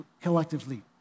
collectively